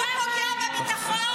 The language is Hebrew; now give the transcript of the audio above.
הוא פוגע בביטחון?